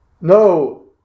No